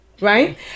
right